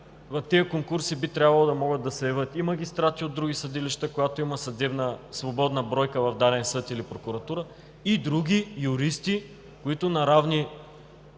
В тези конкурси би трябвало да могат да се явят и магистрати от други съдилища, когато има свободна бройка в даден съд или прокуратура, и други юристи, които на равни